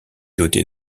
doté